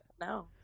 No